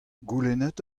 goulennet